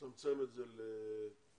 צמצם את זה ל-34,